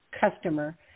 customer